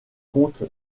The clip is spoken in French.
compte